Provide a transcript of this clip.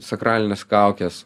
sakralines kaukes